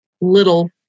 little